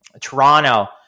Toronto